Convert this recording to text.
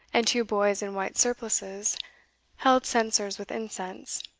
and two boys in white surplices held censers with incense